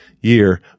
year